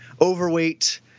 overweight